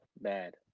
bad